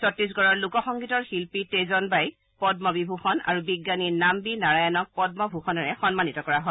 ছটিছগড়ৰ লোক সংগীতৰ শিল্পী তেজন বাইক পদ্ম বিভূষণ আৰু বিজ্ঞানী নাম্বি নাৰায়ণক পদ্ম ভূষণৰে সন্মানিত কৰা হয়